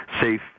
safe